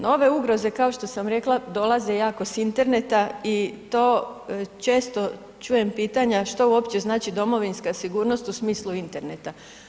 Nove ugroze kao što sam rekla dolaze jako s interneta i to često čujem pitanja, što uopće znači domovinska sigurnost u smislu interneta.